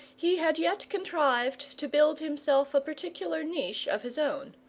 he had yet contrived to build himself a particular niche of his own.